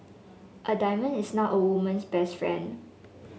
a diamond is not a woman's best friend